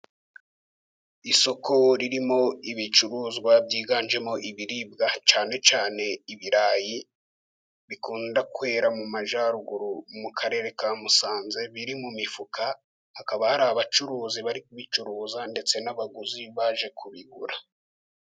Isoko ririmo ibicuruzwa byiganjemo ibiribwa cyane cyane ibirayi, bikunda kwera mu majyaruguru mu karere ka Musanze, biri mu mifuka, hakaba hari abacuruzi bari kubicuruza, ndetse n'abaguzi baje kubigura.